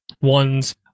ones